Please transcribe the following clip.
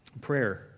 Prayer